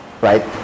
Right